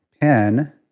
pen